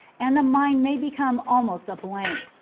and the mind may become almost a blank,